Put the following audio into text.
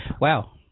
Wow